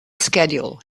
schedule